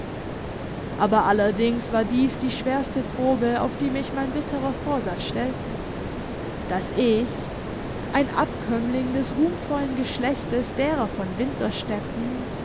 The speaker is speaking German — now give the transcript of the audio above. aber allerdings war dies die schwerste probe auf die mich mein bitterer vorsatz stellte daß ich ein abkömmling des ruhmvollen geschlechtes derer von